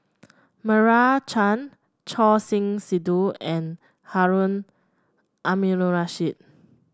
Meira Chand Choor Singh Sidhu and Harun Aminurrashid